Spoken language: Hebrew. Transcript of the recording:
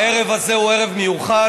הערב הזה הוא ערב מיוחד.